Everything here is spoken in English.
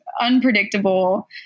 unpredictable